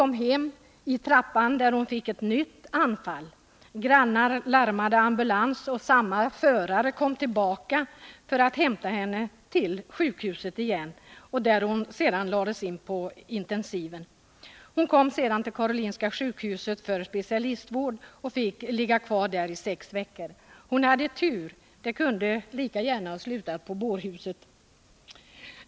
Hemma i trappan fick hon ett nytt anfall, grannar larmade ambulans, samma förare kom för att hämta henne tillbaka till sjukhuset, där hon lades in på intensiven. Hon kom sedan till Karolinska sjukhuset för specialistvård och fick ligga kvar där i sex veckor. Hon hade tur — det kunde lika gärna ha slutat på bårhuset.